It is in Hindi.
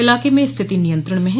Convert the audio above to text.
इलाके में स्थिति नियंत्रण में है